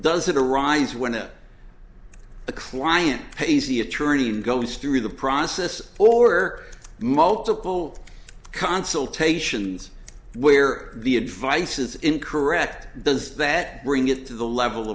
does it arise when the client pays the attorney and goes through the process or multiple consultations where the advice is in correct does that bring it to the level